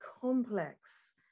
complex